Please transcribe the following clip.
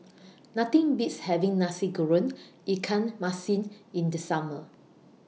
Nothing Beats having Nasi Goreng Ikan Masin in The Summer